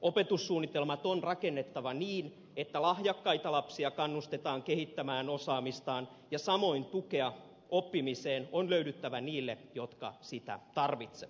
opetussuunnitelmat on rakennettava niin että lahjakkaita lapsia kannustetaan kehittämään osaamistaan ja samoin tukea oppimiseen on löydyttävä niille jotka sitä tarvitsevat